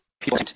people